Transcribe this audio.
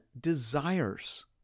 desires